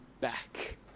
back